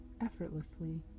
effortlessly